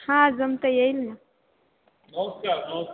हा जमतं येईल ना